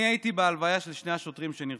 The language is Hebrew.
אני הייתי בהלוויה של שני השוטרים שנרצחו,